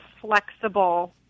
flexible